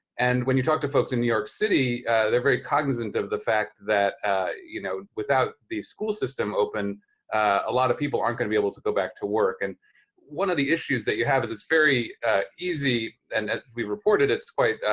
and when you talk to folks in new york city they're very cognizant of the fact that you know, without the school system open a lot of people aren't going to be able to go back to work. and one of the issues that you have is it's very easy, and we've reported it's quite,